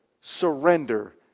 surrender